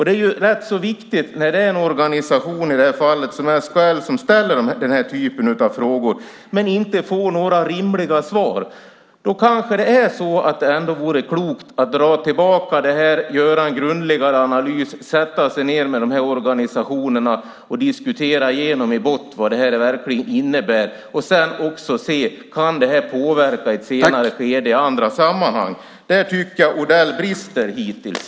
Det är rätt viktigt när det är en organisation, som i det här fallet SKL, som ställer den här typen av frågor men inte får några rimliga svar. Då kanske det ändå vore klokt att dra tillbaka det här och göra en grundligare analys, sätta sig ned med de här organisationerna och diskutera igenom vad det här verkligen innebär och också se om det kan påverka i ett senare skede och i andra sammanhang. Där tycker jag att Odell har brustit hittills.